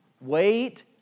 Wait